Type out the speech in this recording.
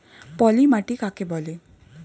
পলি মাটি কাকে বলে?